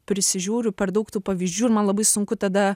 prisižiūriu per daug tų pavyzdžių ir man labai sunku tada